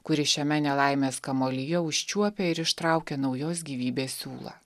kuri šiame nelaimės kamuolyje užčiuopia ir ištraukia naujos gyvybės siūlą